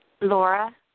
Laura